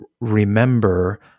remember